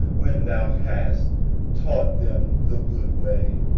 when thou hast taught them the good way,